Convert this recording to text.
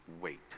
wait